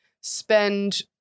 spend